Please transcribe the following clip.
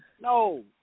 No